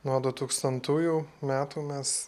nuo du tūkstantųjų metų mes